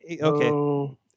Okay